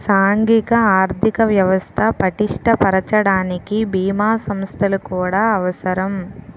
సాంఘిక ఆర్థిక వ్యవస్థ పటిష్ట పరచడానికి బీమా సంస్థలు కూడా అవసరం